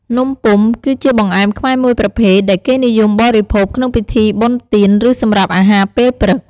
នំពុម្ព គឺជាបង្អែមខ្មែរមួយប្រភេទដែលគេនិយមបរិភោគ ក្នុងពិធីបុណ្យទាន ឬសម្រាប់អាហារពេលព្រឹក។